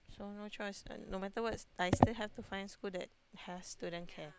got no choice no matter what I still have to find school that has student care